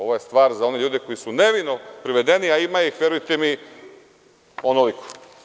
Ovo je stvar za one ljude koji su nevino privedeni, a ima ih onoliko.